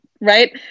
Right